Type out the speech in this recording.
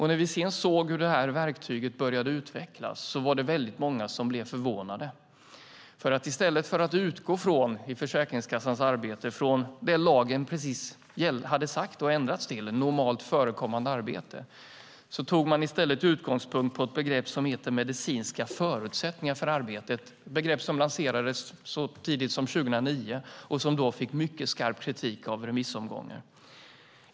När vi sedan såg hur det här verktyget började utvecklas var det väldigt många som blev förvånade. I stället för att i Försäkringskassans arbete utgå från det lagen precis hade sagt och ändrats till, det vill säga "normalt förekommande arbete", tog man nämligen utgångspunkt i begreppet "medicinska förutsättningar för arbete". Det är ett begrepp som lanserades så tidigt som 2009 och som då fick mycket skarp kritik i remissomgången.